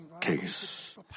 case